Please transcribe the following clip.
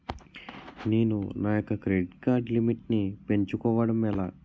నేను నా యెక్క క్రెడిట్ కార్డ్ లిమిట్ నీ పెంచుకోవడం ఎలా?